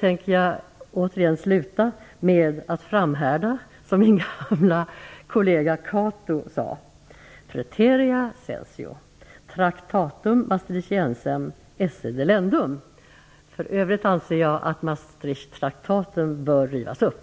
tänker jag återigen sluta med att framhärda i något som liknar det min gamla kollega Cato sade: Praeterea censeo Tractatum Maastrichtiusem esse delendam - för övrigt anser jag att Maastrichttraktaten bör rivas upp.